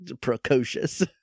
precocious